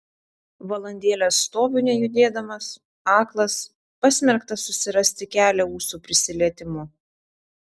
valandėlę stoviu nejudėdamas aklas pasmerktas susirasti kelią ūsų prisilietimu